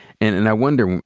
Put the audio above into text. and and i wonder,